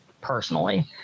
personally